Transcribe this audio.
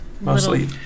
Mostly